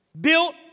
Built